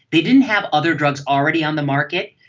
they didn't have other drugs already on the market,